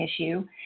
issue